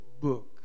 book